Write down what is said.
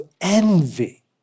envy